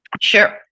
Sure